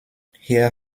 hier